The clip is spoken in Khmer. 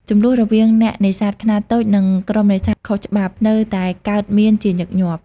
ជម្លោះរវាង អ្នកនេសាទខ្នាតតូច និងក្រុមនេសាទខុសច្បាប់នៅតែកើតមានជាញឹកញាប់។